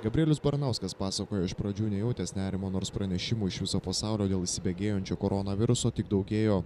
gabrielius baranauskas pasakojo iš pradžių nejautęs nerimo nors pranešimų iš viso pasaulio dėl įsibėgėjančio koronaviruso tik daugėjo